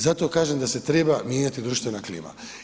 Zato kažem da se treba mijenjati društvena klima.